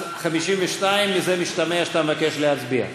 52, מזה משתמע שאתה מבקש להצביע.